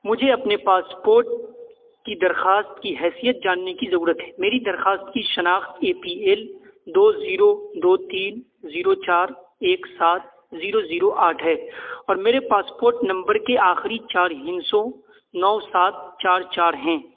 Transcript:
مجھے اپنے پاسپورٹ کی درخواست کی حیثیت جاننے کی ضرورت ہے میری درخواست کی شناخت اے پی ایل دو زیرو دو تین زیرو چار ایک سات زیرو زیرو آٹھ ہے اور میرے پاسپورٹ نمبر کے آخری چار ہندسوں نو سات چار چار ہیں